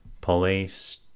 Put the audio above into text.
police